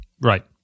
Right